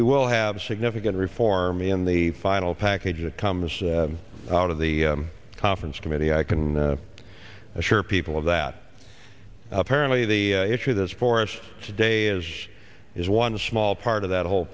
we will have significant reform in the final package that comes out of the conference committee i can assure people of that apparently the issue this for us today is is one small part of that whole